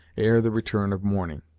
ere the return of morning.